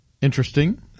Interesting